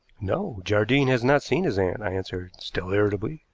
no, jardine has not seen his aunt, i answered, still irritably.